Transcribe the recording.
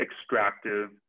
extractive